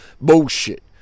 bullshit